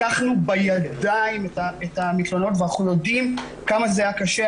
לקחנו בידיים את המתלוננות ואנחנו יודעים כמה זה היה קשה.